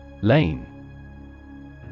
Lane